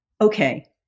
Okay